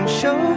show